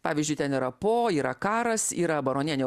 pavyzdžiui ten yra po ten yra karas yra baronienė